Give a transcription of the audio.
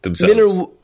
Miller